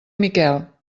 miquel